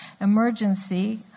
emergency